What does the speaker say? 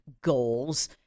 goals